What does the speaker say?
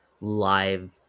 live